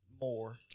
more